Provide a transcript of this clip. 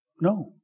No